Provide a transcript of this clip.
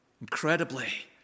incredibly